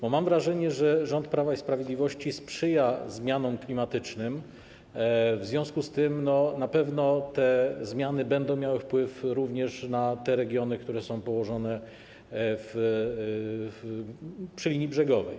Bo mam wrażenie, że rząd Prawa i Sprawiedliwości sprzyja zmianom klimatycznym, w związku z tym na pewno te zmiany będą miały wpływ również na te regiony, które są położone przy linii brzegowej.